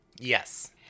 Yes